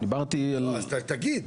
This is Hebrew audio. אז תגיד.